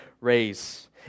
raise